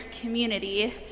community